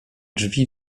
drzwi